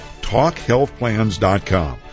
TalkHealthPlans.com